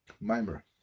mimer